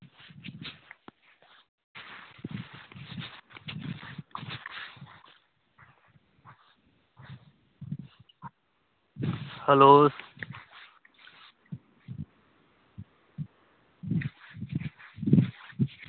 hello